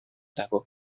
dago